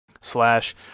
slash